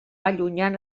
allunyant